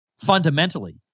Fundamentally